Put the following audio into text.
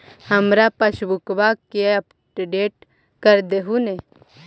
हमार पासबुकवा के अपडेट कर देहु ने?